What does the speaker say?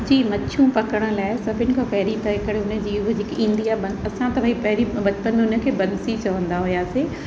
जी मछियूं पकिड़नि लाइ सभिनि खां पहिरीं त हिकिड़ी हुनजी हूअ जेकी ईंदी आहे ब असां त भई पहिरीं बचपन में हुनखे बंसी चवंदा हुआसीं